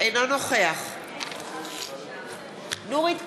אינו נוכח נורית קורן,